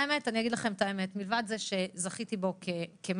אני אגיד לכם את האמת: מלבד זה שזכיתי בו כמנטור,